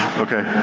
okay.